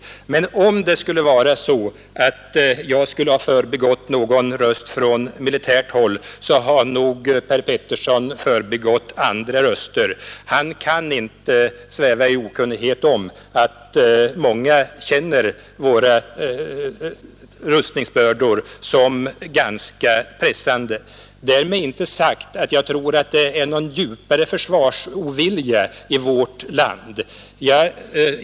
Men om det skulle vara så att jag förbigått någon röst från militärt håll så har nog herr Petersson omvänt förbigått andra röster. Han kan inte sväva i okunnighet om att många känner våra rustningsbördor som ganska pressande. Därmed är inte sagt att jag tror att det förekommer någon djupare försvarsovilja i vårt land.